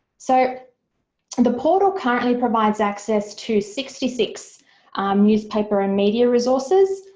so the portal currently provides access to sixty six newspaper and media resources.